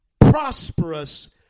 prosperous